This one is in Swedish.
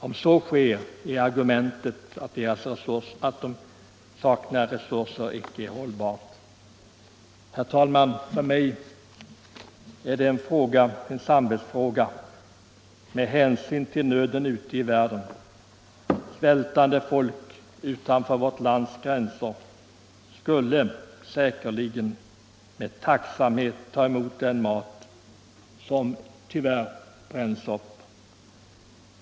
Om så sker är argumentet att hälsovårdsnämnderna saknar resurser i detta avseende icke hållbart. Herr talman! Detta är för mig en samvetsfråga med hänsyn till nöden ute i världen. Svältande människor utanför vårt lands gränser skulle säkerligen med tacksamhet ta emot den mat som nu tyvärr bränns upp.